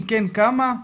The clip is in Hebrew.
אם כן, כמה?